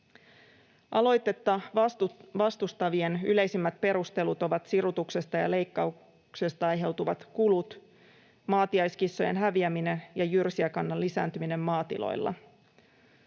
Aloitetta vastustavien yleisimmät perustelut ovat sirutuksesta ja leikkauksesta aiheutuvat kulut, maatiaiskissojen häviäminen ja jyrsijäkannan lisääntyminen maatiloilla.